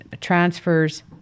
transfers